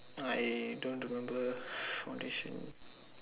I don't want to remember foundation